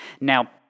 Now